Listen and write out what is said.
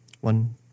one